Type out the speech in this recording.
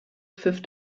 pfiff